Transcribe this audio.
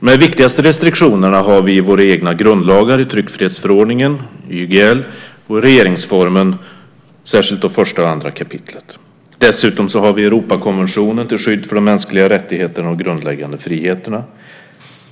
De viktigaste restriktionerna har vi i våra egna grundlagar, i tryckfrihetsförordningen, YGL och regeringsformen - särskilt första och andra kapitlet. Dessutom har vi Europakonventionen till skydd för de mänskliga rättigheterna och grundläggande friheterna.